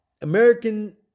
American